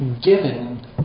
given